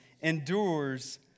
endures